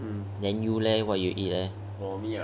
then you leh what you eat eh